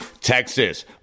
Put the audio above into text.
Texas